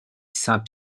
saint